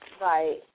Right